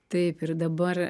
taip ir dabar